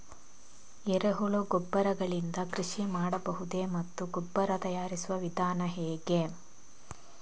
ಎರೆಹುಳು ಗೊಬ್ಬರ ಗಳಿಂದ ಕೃಷಿ ಮಾಡಬಹುದೇ ಮತ್ತು ಗೊಬ್ಬರ ತಯಾರಿಸುವ ವಿಧಾನ ಹೇಗೆ?